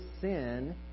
sin